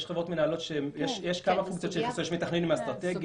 יש חברות מנהלות יש כמה פונקציות: יש מתכננים אסטרטגיים